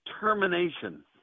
termination